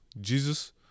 Jesus